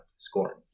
Scoring